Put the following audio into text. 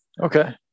Okay